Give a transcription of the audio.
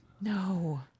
No